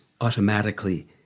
automatically